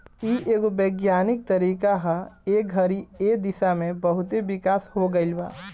इ एगो वैज्ञानिक तरीका ह ए घड़ी ए दिशा में बहुते विकास हो गईल बा